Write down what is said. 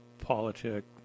politics